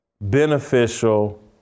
beneficial